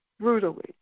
brutally